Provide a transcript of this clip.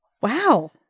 Wow